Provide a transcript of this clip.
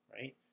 right